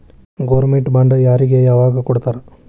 Government bond ಯಾರಿಗೆ ಯಾವಗ್ ಕೊಡ್ತಾರ?